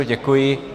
Děkuji.